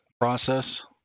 process